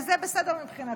וזה בסדר מבחינתה.